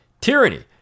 tyranny